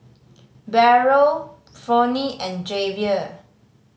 Beryl Fronie and Javier